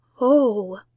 Oh